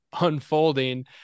unfolding